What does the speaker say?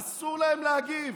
אסור להם להגיב,